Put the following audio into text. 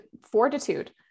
fortitude